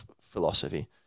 philosophy